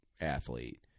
Athlete